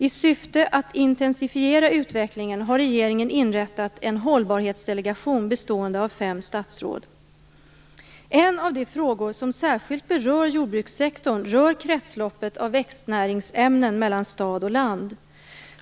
I syfte att intensifiera utvecklingen har regeringen inrättat en hållbarhetsdelegation bestående av fem statsråd. En av de frågor som särskilt berör jordbrukssektorn rör kretsloppet av växtnäringsämnen mellan stad och land.